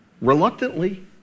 reluctantly